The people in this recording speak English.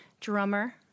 drummer